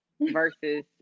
versus